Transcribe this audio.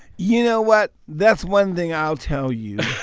you know what? that's one thing i'll tell you